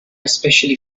especially